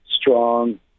strong